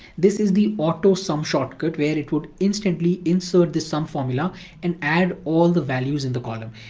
this is the autosum shortcut where it would instantly insert the sum formula and add all the values in the column.